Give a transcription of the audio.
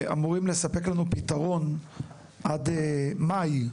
לנו פתרון עד מאי,